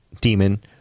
demon